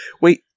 Wait